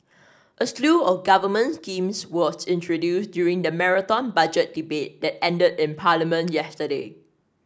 a slew of government schemes was introduced during the Marathon Budget Debate that ended in Parliament yesterday